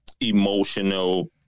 emotional